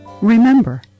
remember